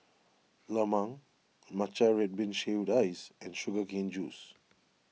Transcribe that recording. Lemang Matcha Red Bean Shaved Ice and Sugar Cane Juice